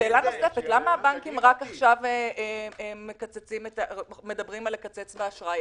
שאלה נוספת: למה הבנקים רק עכשיו מדברים על קיצוץ האשראי?